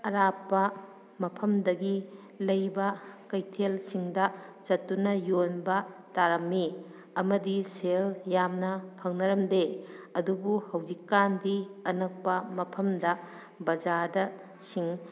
ꯑꯔꯥꯞꯄ ꯃꯐꯝꯗꯒꯤ ꯂꯩꯕ ꯀꯩꯊꯦꯜꯁꯤꯡꯗ ꯆꯠꯇꯨꯅ ꯌꯣꯟꯕ ꯇꯥꯔꯝꯃꯤ ꯑꯃꯗꯤ ꯁꯦꯜ ꯌꯥꯝꯅ ꯐꯪꯅꯔꯝꯗꯦ ꯑꯗꯨꯕꯨ ꯍꯧꯖꯤꯛꯀꯥꯟꯗꯤ ꯑꯅꯛꯄ ꯃꯐꯝꯗ ꯕꯖꯥꯔꯗ ꯁꯤꯡ